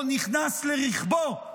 או נכנס לרכבו,